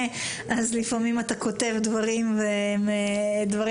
אז לפעמים אני כותבת דברים לא נכונים.